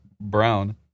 brown